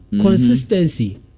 consistency